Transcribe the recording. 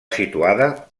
situada